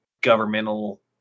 governmental